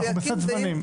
אבל אנחנו בסד זמנים.